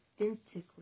authentically